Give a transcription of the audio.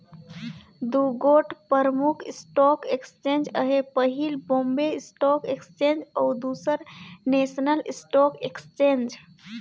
दुगोट परमुख stock exchange अहे पहिल बॉम्बे स्टाक एक्सचेंज अउ दूसर नेसनल स्टॉक एक्सचेंज